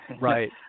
Right